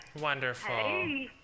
Wonderful